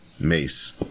Mace